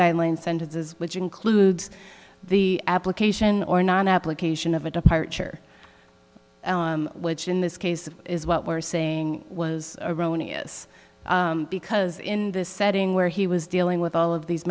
guideline sentences which includes the application or non application of a departure which in this case is what we're saying was erroneous because in this setting where he was dealing with all of these